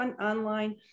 online